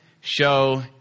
Show